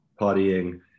partying